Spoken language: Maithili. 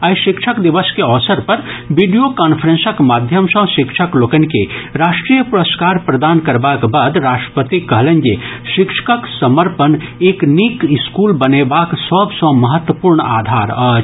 आइ शिक्षक दिवस के अवसर पर वीडियो कांफ्रेंसक माध्यम सँ शिक्षक लोकनि के राष्ट्रीय पुरस्कार प्रदान करबाक बाद राष्ट्रपति कहलनि जे शिक्षकक समर्पण एक नीक स्कूल बनेबाक सभ सँ महत्वपूर्ण आधार अछि